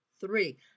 three